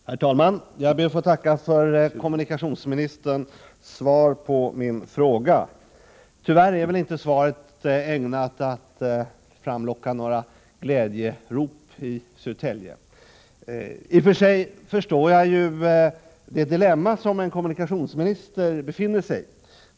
Herr talman! Jag ber att få tacka för kommunikationsministerns svar på min fråga. Tyvärr är inte svaret ägnat att framlocka några glädjerop i Södertälje. I och för sig förstår jag det dilemma som kommunikationsministern befinner sig i.